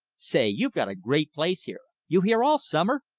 say! you've got a great place here! you here all summer?